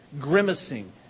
grimacing